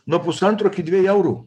nuo pusantro iki dviejų eurų